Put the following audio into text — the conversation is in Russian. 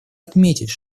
отметить